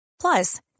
Plus